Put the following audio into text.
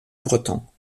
bretons